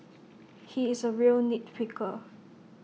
he is A real nit picker